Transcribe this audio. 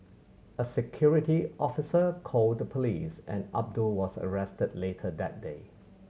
a security officer called the police and Abdul was arrested later that day